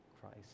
Christ